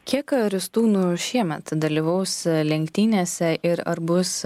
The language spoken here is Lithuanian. kiek ristūnų šiemet dalyvaus lenktynėse ir ar bus